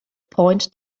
point